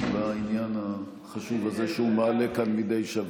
בעניין החשוב הזה שהוא מעלה כאן מדי שבוע.